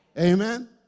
Amen